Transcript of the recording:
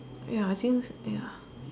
ya I think ya